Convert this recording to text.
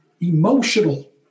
emotional